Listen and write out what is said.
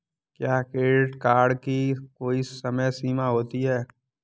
क्या credit card की कोई समय सीमा होती है?